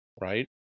right